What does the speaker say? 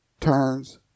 turns